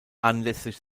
anlässlich